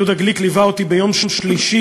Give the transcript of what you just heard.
יהודה גליק ליווה אותי ביום שלישי,